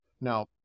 Now